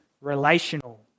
Relational